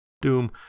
Doom